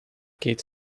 kit